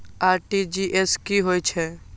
RTGS की होय छै